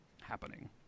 happening